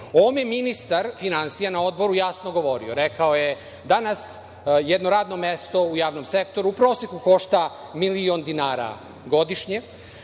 ovome ministar finansija na odboru je jasno govorio. Rekao je da nas jedno radno mesto u javnom sektoru u proseku košta miliona dinara godišnje,